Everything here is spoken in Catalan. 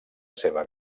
seva